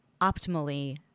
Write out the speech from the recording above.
optimally